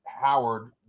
Howard